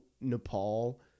Nepal